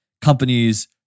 companies